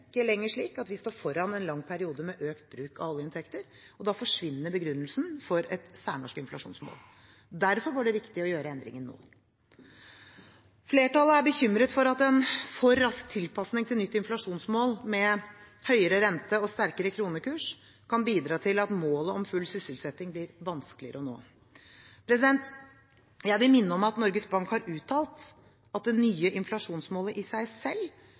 ikke lenger slik at vi står foran en lang periode med økt bruk av oljeinntekter, og da forsvinner begrunnelsen for et særnorsk inflasjonsmål. Derfor var det riktig å gjøre endringen nå. Flertallet er bekymret for at en for rask tilpasning til nytt inflasjonsmål med høyere rente og sterkere kronekurs kan bidra til at målet om full sysselsetting blir vanskeligere å nå. Jeg vil minne om at Norges Bank har uttalt at det nye inflasjonsmålet «har i seg selv